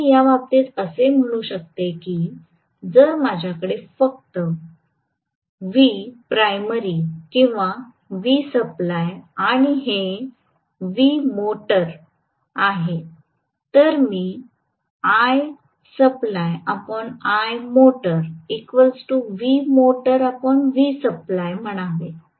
तर मी या बाबतीत असे म्हणू शकते की जर माझ्याकडे फक्त Vprimary किंवा Vsupply आणि हे Vmotor आहे तर मी म्हणावे